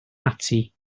ati